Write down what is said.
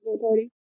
party